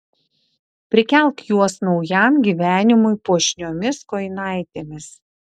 prikelk juos naujam gyvenimui puošniomis kojinaitėmis